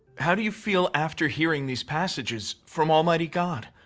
how do you feel after hearing these passages from almighty god?